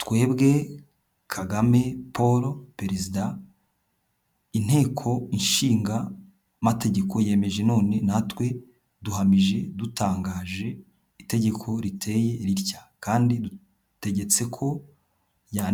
twebwe Kagame Paul perezida, inteko ishinga amategeko yemeje none natwe duhamije, dutangaje itegeko riteye ritya kandi dutegetse ko ryandikwa.